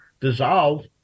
dissolve